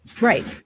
Right